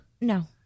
no